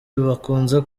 bakunze